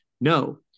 no